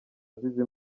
azize